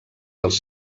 dels